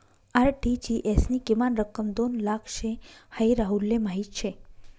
RTGS नी किमान रक्कम दोन लाख शे हाई राहुलले माहीत शे